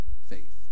faith